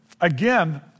again